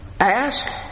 Ask